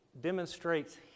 demonstrates